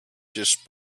just